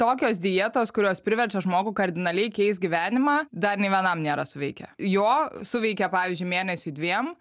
tokios dietos kurios priverčia žmogų kardinaliai keist gyvenimą dar nei vienam nėra suveikę jo suveikia pavyzdžiui mėnesiui dviem